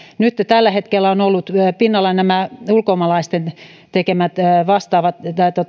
nytten tällä hetkellä ovat olleet pinnalla nämä ulkomaalaisten tekemät vastaavat